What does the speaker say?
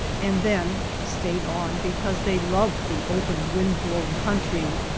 and then stayed on because they loved the open wind blown country,